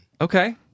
Okay